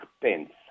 Pence